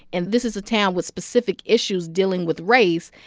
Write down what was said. and this is a town with specific issues dealing with race,